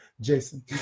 Jason